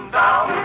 down